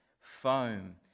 foam